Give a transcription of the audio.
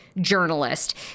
journalist